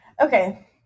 okay